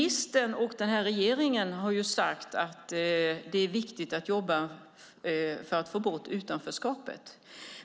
Ministern och denna regering har sagt att det är viktigt att jobba för att få bort utanförskapet.